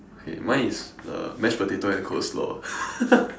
okay mine is the mashed potato and coleslaw